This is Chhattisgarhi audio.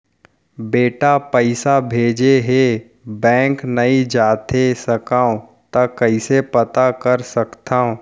बेटा पइसा भेजे हे, बैंक नई जाथे सकंव त कइसे पता कर सकथव?